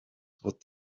what